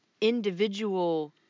individual